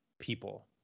people